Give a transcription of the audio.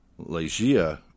Legia